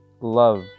love